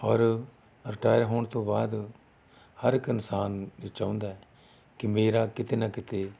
ਔਰ ਰਿਟਾਇਰ ਹੋਣ ਤੋਂ ਬਾਅਦ ਹਰ ਇੱਕ ਇਨਸਾਨ ਇਹ ਚਾਹੁੰਦਾ ਕਿ ਮੇਰਾ ਕਿਤੇ ਨਾ ਕਿਤੇ